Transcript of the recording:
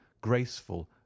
graceful